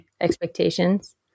expectations